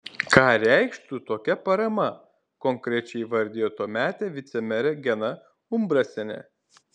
ką reikštų tokia parama konkrečiai įvardijo tuometė vicemerė gema umbrasienė